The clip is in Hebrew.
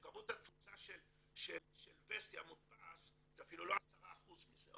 כמות התפוצה של וסטי המודפס זה אפילו לא 10% מזה.